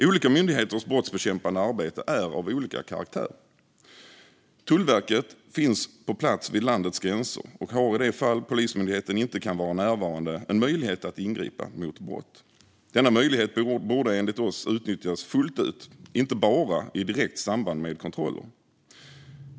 Olika myndigheters brottsbekämpande arbete är av olika karaktär. Tullverket finns på plats vid landets gränser och har i de fall Polismyndigheten inte kan vara närvarande en möjlighet att ingripa mot brott. Denna möjlighet borde enligt oss utnyttjas fullt ut, inte bara i direkt samband med kontroller.